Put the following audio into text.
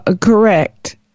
Correct